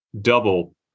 double